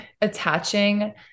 attaching